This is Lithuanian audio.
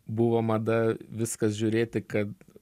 buvo mada viskas žiūrėti kad